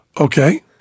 Okay